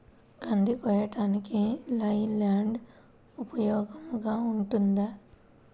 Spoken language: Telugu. కంది కోయుటకు లై ల్యాండ్ ఉపయోగముగా ఉంటుందా?